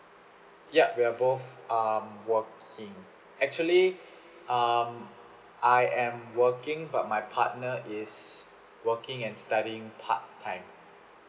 yup we are both uh working actually um I am working but my partner is working and studying part time